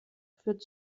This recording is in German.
führt